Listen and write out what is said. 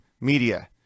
media